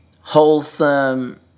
wholesome